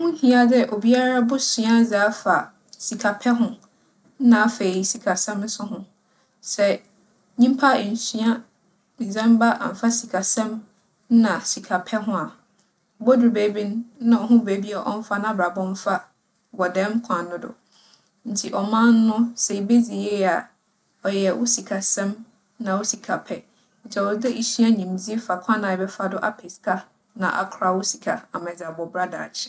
Ho hia dɛ obiara bosua adze afa sikapɛ ho, nna afei sikasɛm so ho. Sɛ nyimpa ennsua ndzɛmba ammfa sikasɛm na sikapɛ ho a, obodur beebi no nna onnhu beebi a ͻmfa n'abrabͻ mfa wͻ dɛm kwan no do. Ntsi ͻman no, sɛ yebedzi yie a, ͻyɛ wo sikasɛm na wo sikapɛ. Ntsi ͻwͻ dɛ isua nyimdzee fa kwan a ebɛfa do apɛ sika na akora wo sika ama edze abͻ bra daakye.